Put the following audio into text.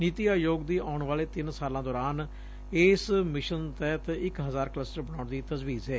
ਨੀਤੀ ਆਯੋਗ ਦੀ ਆਉਣ ਵਾਲੇ ਤਿੰਨ ਸਾਲਾਂ ਦੌਰਾਨ ਇਸ ਮਿਸ਼ਨ ਤਹਿਤ ਇਕ ਹਜ਼ਾਰ ਕਲੱਸਟਰ ਬਣਾਉਣ ਦੀ ਤਜ਼ਵੀਜ਼ ਏ